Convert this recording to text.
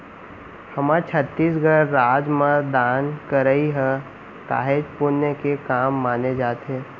हमर छत्तीसगढ़ राज म दान करई ह काहेच पुन्य के काम माने जाथे